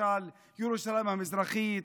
למשל ירושלים המזרחית,